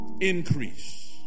Increase